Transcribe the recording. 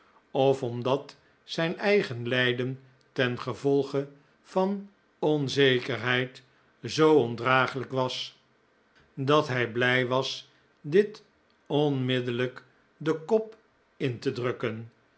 of omdat zijn eigen lijden tengevolge van onzekerheid zoo ondragelijk was dat hij blij was dit onmiddellijk den kop in te drukken